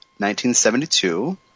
1972